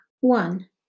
One